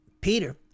Peter